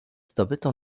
zdobytą